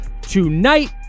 tonight